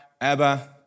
Abba